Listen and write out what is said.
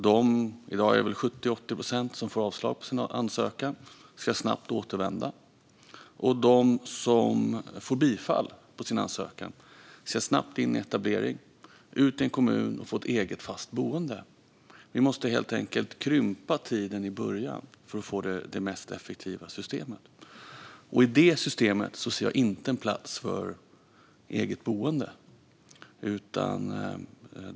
De som får avslag på sin ansökan - i dag är det väl 70-80 procent - ska snabbt återvända, och de som får bifall på sin ansökan ska snabbt in i etablering, ut i en kommun och få ett eget fast boende. Vi måste helt enkelt krympa tiden i början för att få det mest effektiva systemet. Och i det systemet ser jag inte en plats för eget boende.